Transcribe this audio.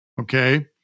Okay